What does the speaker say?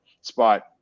spot